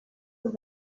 los